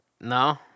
No